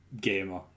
gamer